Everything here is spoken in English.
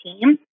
team